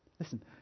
Listen